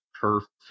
perfect